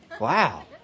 Wow